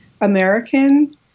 American